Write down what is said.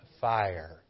fire